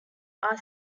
are